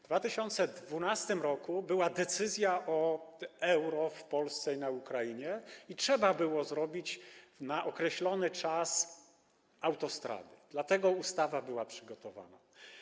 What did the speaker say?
W 2012 r. była decyzja o Euro w Polsce i na Ukrainie i trzeba było zrobić na określony czas autostrady, dlatego ustawa była przygotowana.